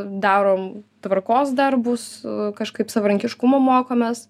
darom tvarkos darbus kažkaip savarankiškumo mokomės